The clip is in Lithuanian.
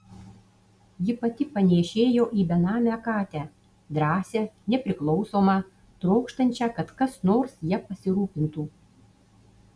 ji pati panėšėjo į benamę katę drąsią nepriklausomą trokštančią kad kas nors ja pasirūpintų